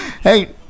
Hey